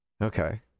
Okay